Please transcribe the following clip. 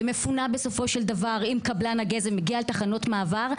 ומפונה בסופו של דבר עם קבלן הגזם הגיע לתחנות מעבר,